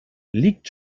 liegt